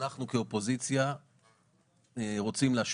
אנחנו כאופוזיציה רוצים להשפיע,